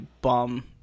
bum